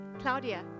Claudia